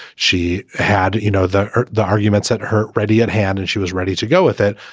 she had, you know, the the arguments at her ready at hand and she was ready to go with it.